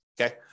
okay